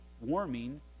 warming